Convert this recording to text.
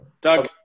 Doug